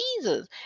Jesus